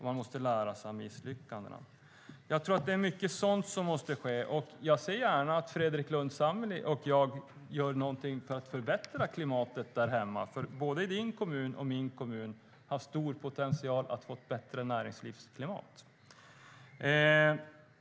Man måste lära sig av misslyckandena. Jag tror att det är mycket sådant som måste ske. Jag ser gärna att Fredrik Lundh Sammeli och jag gör någonting för att förbättra klimatet där hemma. Både din kommun, Fredrik Lundh Sammeli, och min kommun har stor potential att få ett bättre näringslivsklimat.